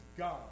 God